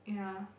ya